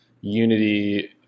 unity